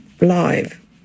live